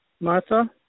Martha